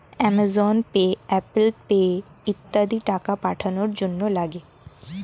Amazon pay, Apple pay ইত্যাদি টাকা পাঠানোর জন্যে লাগে